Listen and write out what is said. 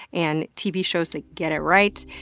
and tv shows that get it right,